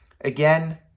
again